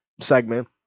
segment